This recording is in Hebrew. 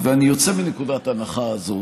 ואני יוצא מנקודת ההנחה הזאת,